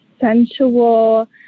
sensual